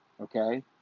Okay